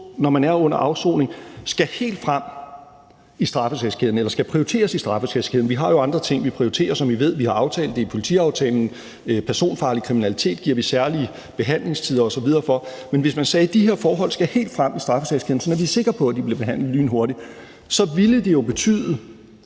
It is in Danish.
når man er under afsoning, skal prioriteres i straffesagskæden. Vi har jo, som I ved, andre ting, som vi prioriterer, og som vi har aftalt i politiaftalen: Personfarlig kriminalitet osv. giver vi særlige behandlingstider for. Men hvis man sagde, at de her forhold skal helt frem i straffesagskæden, sådan at vi er sikre på, at de bliver behandlet lynhurtigt, så ville det jo betyde